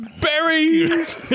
berries